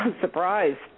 surprised